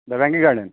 Debangi garden